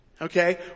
Okay